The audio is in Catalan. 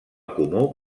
comú